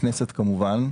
הכנסת בסופו של דבר,